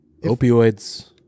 opioids